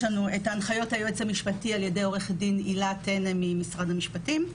יש לנו את ההנחיות היועץ המשפטי על-ידי עו"ד הילה טנא ממשרד המשפטים.